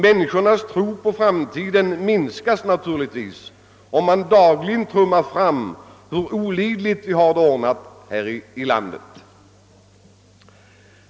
Människornas tro på framtiden minskas naturligtvis, om man dagligen försöker trumma in hur orimligt vi har det ordnat här i landet.